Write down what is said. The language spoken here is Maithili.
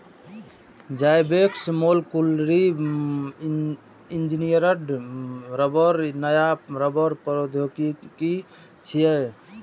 जाइवेक्स मोलकुलरी इंजीनियर्ड रबड़ नया रबड़ प्रौद्योगिकी छियै